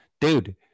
dude